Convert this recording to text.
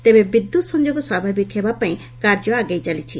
ତେବେ ବିଦ୍ୟୁତ ସଂଯୋଗ ସ୍ୱାଭାବିକ ହେବା ପାଇଁ କାର୍ଯ୍ୟ ଆଗେଇ ଚାଲିଛି